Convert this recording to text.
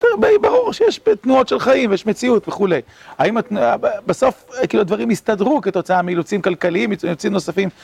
ברור שיש תנועות של חיים, ויש מציאות וכולי. האם בסוף הדברים הסתדרו כתוצאה מאילוצים כלכליים, מאילוצים נוספים?